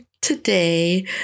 today